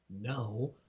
No